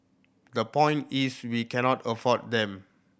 the point is we cannot afford them